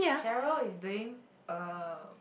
Cheryl is doing uh